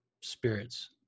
spirits